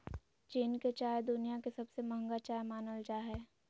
चीन के चाय दुनिया के सबसे महंगा चाय मानल जा हय